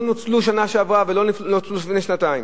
נוצלו בשנה שעברה ולא נוצלו לפני שנתיים.